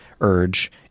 urge